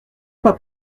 pas